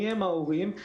מיהם ההורים,